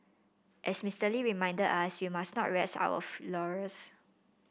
as Mister Lee reminded us we must not rest on our laurels